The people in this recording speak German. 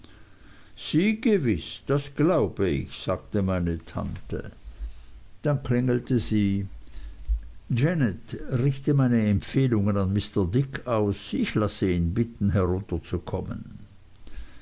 gewiß das glaube ich sagte meine tante dann klingelte sie janet richte meine empfehlungen an mr dick aus ich lasse ihn bitten herunterzukommen